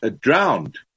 drowned